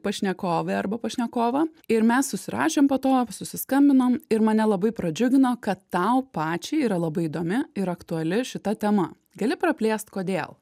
pašnekovę arba pašnekovą ir mes susirašėm po to susiskambinom ir mane labai pradžiugino kad tau pačiai yra labai įdomi ir aktuali šita tema gali praplėst kodėl